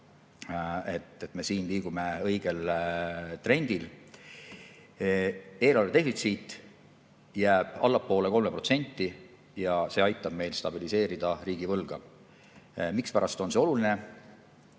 et me siin liigume õigel trendil. Eelarvedefitsiit jääb allapoole 3% ja see aitab meil stabiliseerida riigivõlga. Mispärast on see oluline?